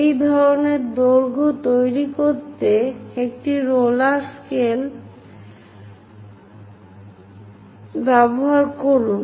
এই ধরনের দৈর্ঘ্য তৈরি করতে একটি রোলার স্কেলার করুন